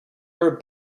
her